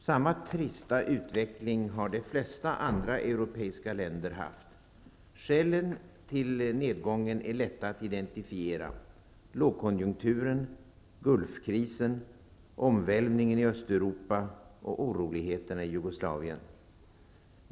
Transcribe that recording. Samma trista utveckling har de flesta andra europeiska länder haft. Skälen till nedgången är lätta att identifiera: lågkonjunkturen, Gulfkrisen, omvälvningen i Östeuropa och oroligheterna i Jugoslavien.